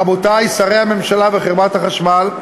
רבותי שרי הממשלה וחברת החשמל,